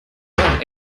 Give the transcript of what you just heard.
ein